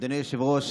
אדוני היושב-ראש,